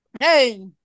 Hey